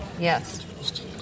Yes